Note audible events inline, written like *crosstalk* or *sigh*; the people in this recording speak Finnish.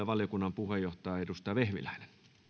*unintelligible* valiokunnan puheenjohtaja edustaja vehviläinen